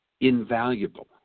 invaluable